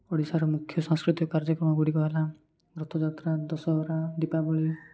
ଓଡ଼ିଶାର ମୁଖ୍ୟ ସାଂସ୍କୃତିକ କାର୍ଯ୍ୟକ୍ରମଗୁଡ଼ିକ ହେଲା ରଥଯାତ୍ରା ଦଶହରା ଦୀପାବଳି